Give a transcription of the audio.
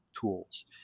tools